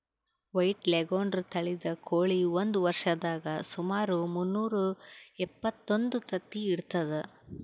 white leghorn ತಳಿದ್ ಕೋಳಿ ಒಂದ್ ವರ್ಷದಾಗ್ ಸುಮಾರ್ ಮುನ್ನೂರಾ ಎಪ್ಪತ್ತೊಂದು ತತ್ತಿ ಇಡ್ತದ್